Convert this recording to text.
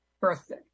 birthday